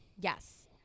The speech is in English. yes